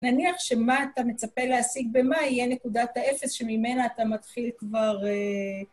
נניח שמה אתה מצפה להשיג במה יהיה נקודת האפס שממנה אתה מתחיל כבר...